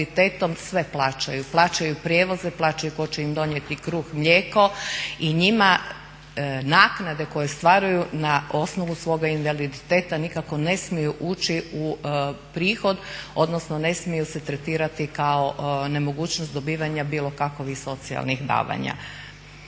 sve plaćaju. Plaćaju prijevoze, plaćaju tko će im donijeti kruh, mlijeko. I njima naknade koje ostvaruju na osnovu svoga invaliditeta nikako ne smiju ući u prihod odnosno ne smiju se tretirati kao nemogućnost dobivanja bilo kakvih socijalnih davanja.